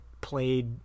played